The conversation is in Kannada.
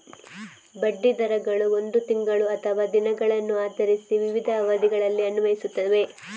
ಬಡ್ಡಿ ದರಗಳು ಒಂದು ತಿಂಗಳು ಅಥವಾ ದಿನಗಳನ್ನು ಆಧರಿಸಿ ವಿವಿಧ ಅವಧಿಗಳಲ್ಲಿ ಅನ್ವಯಿಸುತ್ತವೆ